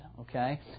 okay